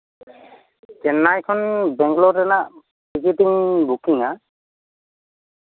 ᱪᱮᱱᱱᱟᱭ ᱠᱷᱚᱱ ᱵᱮᱝᱞᱳᱨ ᱨᱮᱱᱟᱜ ᱴᱤᱠᱤᱴ ᱤᱧ ᱵᱩᱠᱤᱝᱼᱟ